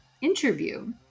interview